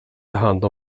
hand